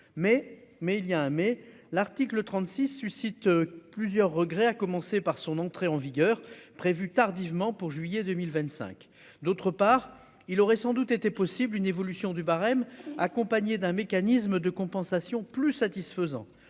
mais il y a un mais l'article 36 suscite plusieurs regrets, à commencer par son entrée en vigueur prévue tardivement pour juillet 2025, d'autre part, il aurait sans doute été possible une évolution du barème, accompagné d'un mécanisme de compensation plus satisfaisant